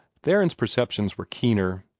theron's perceptions were keener.